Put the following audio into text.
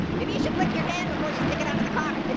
maybe you should lick you hand before you stick it onto the car,